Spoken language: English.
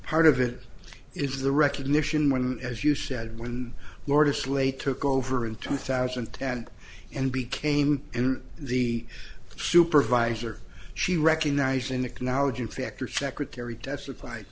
heart of it is the recognition when as you said when lord islay took over in two thousand and ten and became the supervisor she recognize and acknowledging factor secretary testified